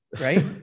Right